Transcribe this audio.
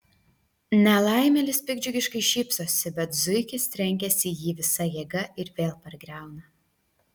nelaimėlis piktdžiugiškai šypsosi bet zuikis trenkiasi į jį visa jėga ir vėl pargriauna